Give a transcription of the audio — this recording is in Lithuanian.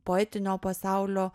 poetinio pasaulio